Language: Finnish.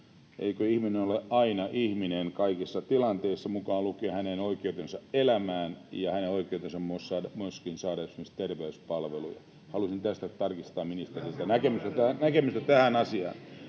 Eikö ihminen ole aina ihminen kaikissa tilanteissa mukaan lukien hänen oikeutensa elämään ja hänen oikeutensa myöskin saada esimerkiksi terveyspalveluja? Halusin tarkistaa ministeriltä näkemystä tähän asiaan.